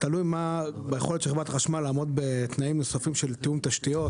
תלוי ביכולת של חברת החשמל לעמוד בתנאים נוספים של תיאום תשתיות,